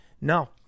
no